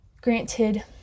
Granted